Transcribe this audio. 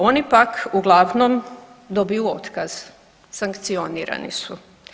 Oni pak uglavnom dobiju otkaz, sankcionirani su.